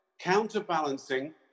counterbalancing